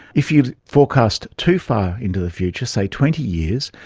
if you forecast too far into the future, say twenty years,